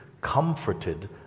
comforted